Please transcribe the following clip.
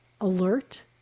alert